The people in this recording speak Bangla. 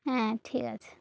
হ্যাঁ ঠিক আছে